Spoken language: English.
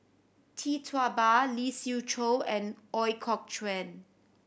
Tee Tua Ba Lee Siew Choh and Ooi Kok Chuen